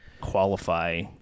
qualify